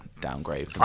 downgrade